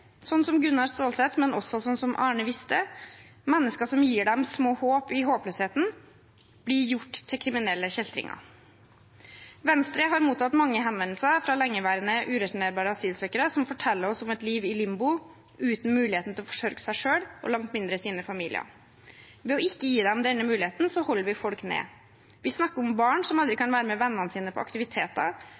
sånn som Gunnar Stålsett og Arne Viste, mennesker som gir dem små håp i håpløsheten, blir gjort til kriminelle kjeltringer. Venstre har mottatt mange henvendelser fra lengeværende ureturnerbare asylsøkere som forteller om et liv i limbo, uten mulighet til å forsørge seg selv og langt mindre sine familier. Ved å ikke gi dem denne muligheten holder vi folk nede. Vi snakker om barn som aldri kan være med vennene på aktiviteter,